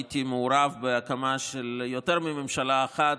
הייתי מעורב בהקמה של יותר מממשלה אחת,